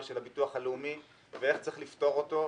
של הביטוח הלאומי ואיך צריך לפתור אותו,